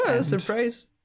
surprise